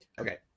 Okay